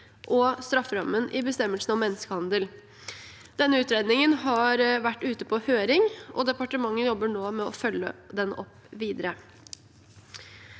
og strafferammen i bestemmelsene om menneskehandel. Denne utredningen har vært ute på høring, og departementet jobber nå med å følge den opp videre.